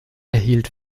erhielt